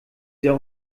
sehr